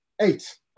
eight